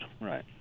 right